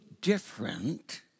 different